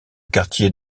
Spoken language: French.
quartier